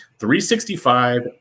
365